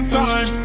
time